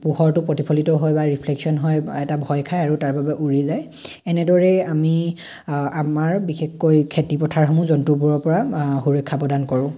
পোহৰটো প্ৰতিফলিত হৈ বা ৰিফ্লেকচন হয় এটা ভয় খাই আৰু তাৰবাবে উৰি যায় এনেদৰে আমি আমাৰ বিশেষকৈ খেতি পথাৰসমূহ জন্তুবোৰৰ পৰা সুৰক্ষা প্ৰদান কৰোঁ